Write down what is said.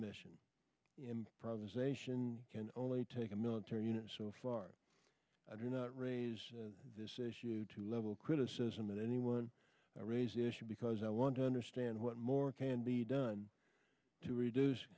mission improvisation can only take a military unit so far and i do not raise this issue to level criticism of anyone i raise the issue because i want to understand what more can be done to reduce